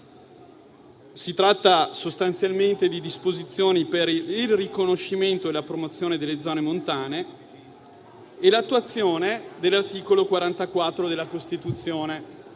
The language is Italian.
Si tratta sostanzialmente di disposizioni per il riconoscimento e la promozione delle zone montane e l'attuazione dell'articolo 44 della Costituzione.